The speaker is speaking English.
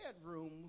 bedroom